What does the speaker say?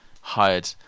hired